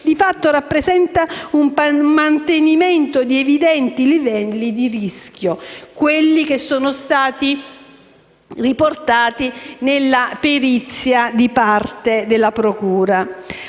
di fatto rappresenta un mantenimento di evidenti livelli di rischio», quelli che sono stati riportati nella perizia di parte della procura.